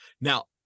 Now